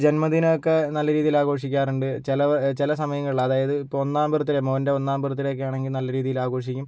ജന്മദിനമൊക്കെ നല്ല രീതിയിൽ ആഘോഷിക്കാറുണ്ട് ചില സമയങ്ങളിൽ അതായത് ഇപ്പോൾ ഒന്നാം ബർത്ത് ഡേ മകൻ്റെ ഒന്നാം ബർത്ത് ഡേയൊക്കെ ആണെങ്കിൽ നല്ല രീതിയിൽ ആഘോഷിക്കും